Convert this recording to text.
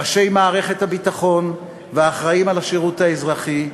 ראשי מערכת הביטחון והאחראים לשירות האזרחי,